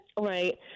Right